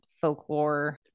folklore